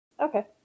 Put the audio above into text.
Okay